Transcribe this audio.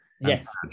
Yes